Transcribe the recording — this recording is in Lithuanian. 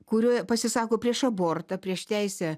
kuriuo pasisako prieš abortą prieš teisę